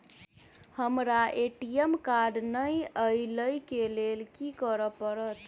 हमरा ATM card नै अई लई केँ लेल की करऽ पड़त?